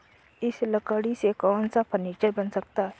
इस लकड़ी से कौन सा फर्नीचर बन सकता है?